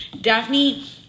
Daphne